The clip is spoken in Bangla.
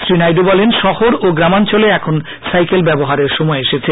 শ্রী নাইডু বলেন শহর ও গ্রামাঞ্চলে এখন সাইকেল ব্যবহারের সময় এসেছে